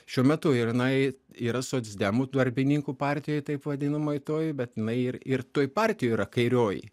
šiuo metu ir jinai yra socdemų darbininkų partijoj taip vadinamoj toj bet jinai ir ir toj partijoj yra kairioji